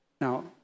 Now